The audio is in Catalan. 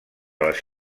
les